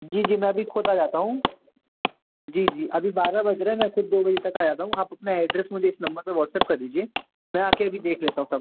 जी जी मैं अभी ख़ुद आ जाता हूँ जी जी अभी बारह बज रहे मैं ख़ुद दो बजे तक आ जाता हूँ आप अपना एड्रेस मुझे इस नंबर पर वाॅहट्सएप कर दीजिए मैं आकर अभी देख लेता हूँ सब